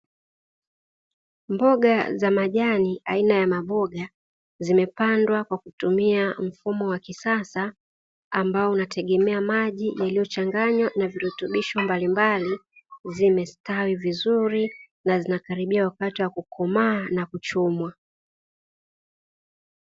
Mboga za majani aina ya maboga zimepangwa kwa kutumia mfumo wa kisasa ambao inategemea maji yaliyochanganywa na virutubisho mbalimbali, zimestawi vizuri na zinakaribia wakati wa kukomaa na kuchumwa.